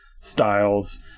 styles